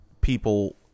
people